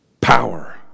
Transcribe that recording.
Power